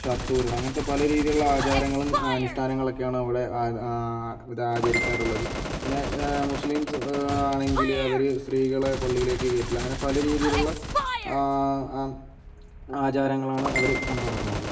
shirt ഊരണം അങ്ങനത്തെ പല രീതിയിലുള്ള ആചാരങ്ങളും അനുഷ്ടനങ്ങളൊക്കെയാണ് അവിടെ ആ ആചരിക്കാറുള്ളത് പിന്നെ മുസ്ലിംസ് ആണെങ്കിൽ അവർ സ്ത്രീകളെ പള്ളിയിലേക്ക് കയറ്റില്ല അങ്ങനെ പല രീതിയിലുള്ള ആചാരങ്ങളാണ് അവർ കൊണ്ട് നടക്കുന്നത്